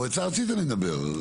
למועצה הארצית אני מדבר.